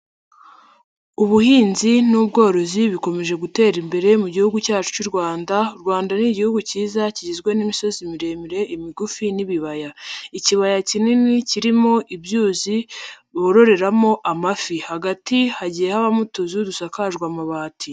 Ubuhinzi n'ubworozi bikomeje gutera imbere mu gihugu cyacu cy'u Rwanda. U Rwanda ni igihugu kiza kigizwe n'imisozi miremire, imigufi n'ibibaya. Ikibaya kinini kirimo ibyuzi bororeramo amafi, hagati hagiye habamo utuzu dusakajwe amabati.